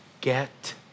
Get